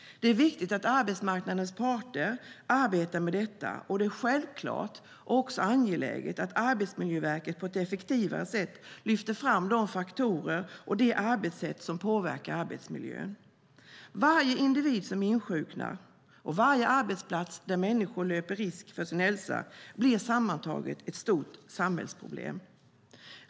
Det är viktigt att arbetsmarknadens parter arbetar med detta, och det är självklart också angeläget att Arbetsmiljöverket på ett effektivare sätt lyfter fram de faktorer och arbetssätt som påverkar arbetsmiljön. Varje individ som insjuknar och varje arbetsplats där människor löper risk för sin hälsa blir sammantaget ett stort samhällsproblem.